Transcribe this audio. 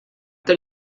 dein